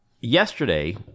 Yesterday